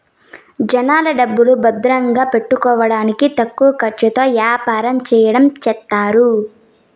జనాల డబ్బులు భద్రంగా పెట్టుకోడానికి తక్కువ ఖర్చుతో యాపారం చెయ్యడం చేస్తారు